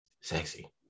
Sexy